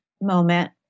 moment